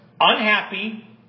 unhappy